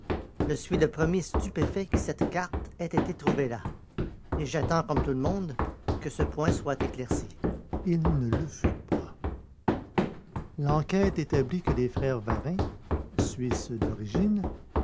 je suis le premier stupéfait que cette carte ait été trouvée là et j'attends comme tout le monde que ce point soit éclairci il ne le fut pas l'enquête établit que les frères varin suisses d'origine